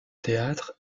théâtre